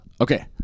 Okay